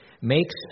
makes